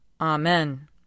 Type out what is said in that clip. Amen